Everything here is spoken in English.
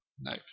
No